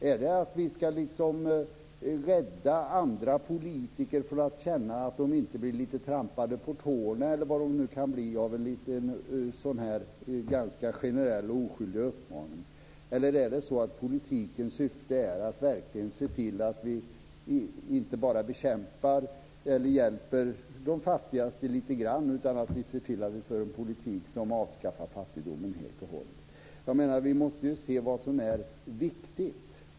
Är det att vi ska rädda andra politiker, så att de inte känner att de blir lite trampade på tårna, eller vad de nu kan bli, av en sådan här ganska generell och oskyldig uppmaning? Eller är politikens syfte att verkligen se till att vi inte bara bekämpar eller hjälper de fattigaste lite grann utan att vi ser till att vi för en politik som avskaffar fattigdomen helt och hållet? Jag menar att vi måste se vad som är viktigt.